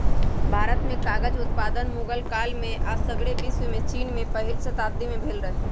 भारत में कागज उत्पादन मुगल काल में आऽ सग्रे विश्वमें चिन में पहिल शताब्दी में भेल रहै